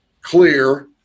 clear